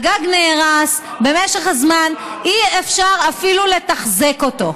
הגג נהרס במשך הזמן, אי-אפשר אפילו לתחזק אותו.